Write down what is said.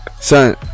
Son